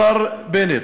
השר בנט,